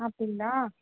அப்படிங்களா